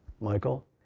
Michael